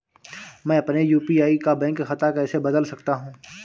मैं अपने यू.पी.आई का बैंक खाता कैसे बदल सकता हूँ?